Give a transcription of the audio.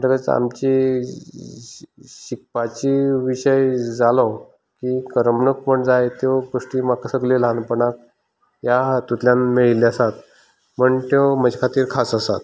म्हणटकच आमची शिकपाची विशय जालो की करमणूक म्हण जाय त्यो गोश्टी म्हाका सगळे ल्हानपणांत ह्या हातुंतल्यान मेळिल्ल्यो आसात म्हण त्यो म्हजे खातीर खास आसात